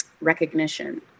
recognition